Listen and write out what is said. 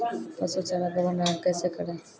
पसु चारा का भंडारण कैसे करें?